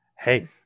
Hey